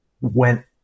went